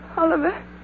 Oliver